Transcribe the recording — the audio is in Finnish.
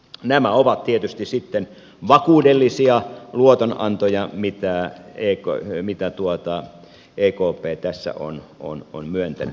nämä ovat tietysti sitten vakuudellisia luotonantoja mitään viikkoihin mikä tuottaa ei mitä ekp tässä on myöntänyt